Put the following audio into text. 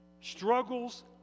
struggles